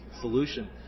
solution